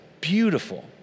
beautiful